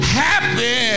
happy